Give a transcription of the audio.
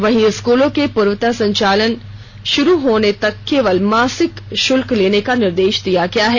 वहीं स्कूलों के पूर्ववत संचालन शुरू होने तक केवल मासिक शुल्क लेने का निर्देष दिया गया है